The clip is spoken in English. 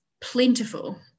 plentiful